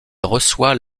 reçoit